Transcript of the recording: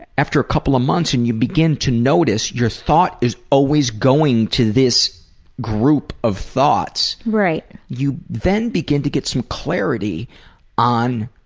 after a couple of months, and you begin to notice your thought is always going to this group of thoughts, you then begin to get some clarity on